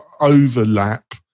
overlap